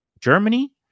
Germany